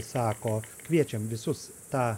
sako kviečiam visus tą